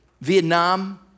Vietnam